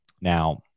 Now